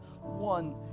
one